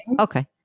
Okay